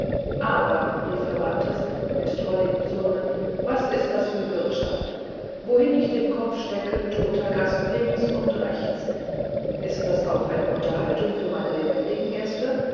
aber rief herr bantes mit drolligem zürnen was ist das für wirtschaft wohin ich den kopf stecke toter gast links und rechts ist das auch eine unterhaltung für meine lebendigen gäste